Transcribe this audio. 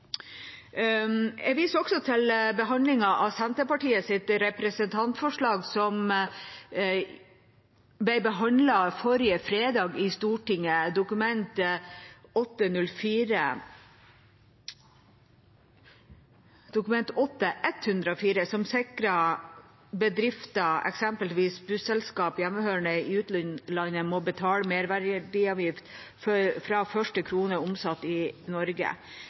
Jeg viser også til behandlingen av Senterpartiets representantforslag forrige fredag i Stortinget, Dokument 8:104 for 2018–2019, som sikrer at bedrifter, eksempelvis busselskap hjemmehørende i utlandet, må betale merverdiavgift fra første krone omsatt i Norge.